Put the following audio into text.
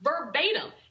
verbatim